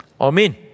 Amen